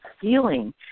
feeling